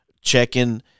checking